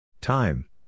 Time